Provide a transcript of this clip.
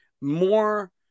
more